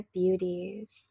beauties